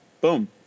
boom